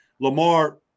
Lamar